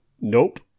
Nope